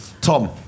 Tom